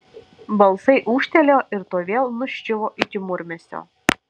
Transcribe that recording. balsai ūžtelėjo ir tuoj vėl nuščiuvo iki murmesio